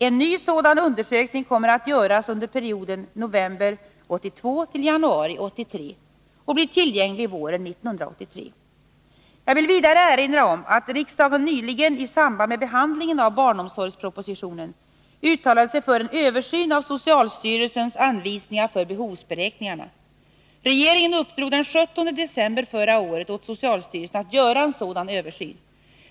En ny sådan undersökning kommer att göras under perioden november 1982-januari 1983 och blir tillgänglig våren 1983. Jag vill vidare erinra om att riksdagen nyligen i samband med behandlingen av barnomsorgspropositionen uttalade sig för en översyn av socialstyrelsens anvisningar för behovsberäkningarna. Regeringen uppdrog den 17 december förra året åt socialstyrelsen att göra en sådan översyn.